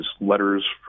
letters